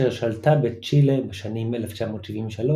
אשר שלטה בצ'ילה בשנים 1973–1990.